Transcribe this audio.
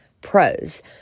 Pros